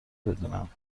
بدونم